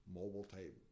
mobile-type